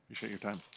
your your time.